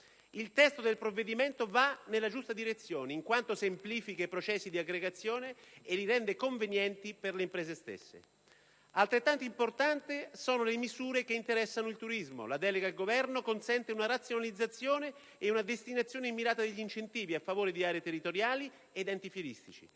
Il testo del provvedimento va nella giusta direzione, in quanto semplifica i processi di aggregazione e li rende convenienti per le imprese stesse. Altrettanto importanti sono le misure che interessano il turismo. La delega al Governo consente una razionalizzazione e una destinazione mirata degli incentivi a favore di aree territoriali ed enti fieristici